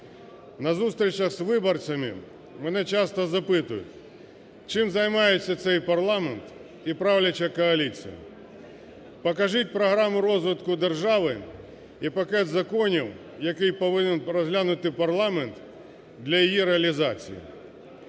На зустрічах з виборцями мене часто запитують, чим займається цей парламент і правляча коаліція, покажіть програму розвитку держави і пакет законів, який повинен розглянути парламент для її реалізації.